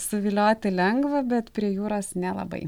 suvilioti lengva bet prie jūros nelabai